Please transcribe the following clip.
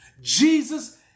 Jesus